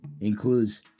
includes